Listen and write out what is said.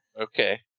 Okay